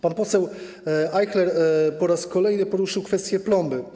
Pan poseł Ajchler po raz kolejny poruszył kwestię plomby.